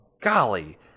golly